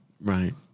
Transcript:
right